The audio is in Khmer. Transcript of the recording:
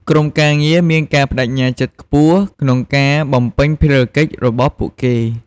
ក្រុមការងារមានការប្តេជ្ញាចិត្តខ្ពស់ ក្នុងការបំពេញភារកិច្ចរបស់ពួកគេ។